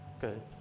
good